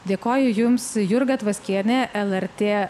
dėkoju jums jurga tvaskienė lrt